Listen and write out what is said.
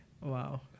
Wow